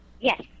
Yes